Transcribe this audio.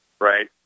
right